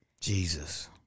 Jesus